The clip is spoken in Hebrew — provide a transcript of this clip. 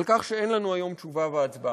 על כך שאין לנו היום תשובה והצבעה.